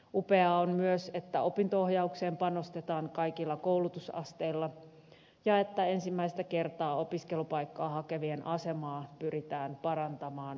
upeaa on myös että opinto ohjaukseen panostetaan kaikilla koulutusasteilla ja että ensimmäistä kertaa opiskelupaikkaa hakevien asemaa pyritään parantamaan erillisvalinnoilla